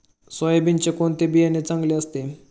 सोयाबीनचे कोणते बियाणे चांगले असते?